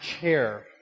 chair